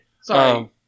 Sorry